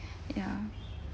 ya